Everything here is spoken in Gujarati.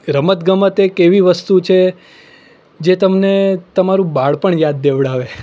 રમતગમત એક એવી વસ્તુ છે જે તમને તમારું બાળપણ યાદ દેવડાવે